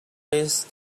this